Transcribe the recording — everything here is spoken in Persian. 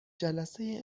جلسه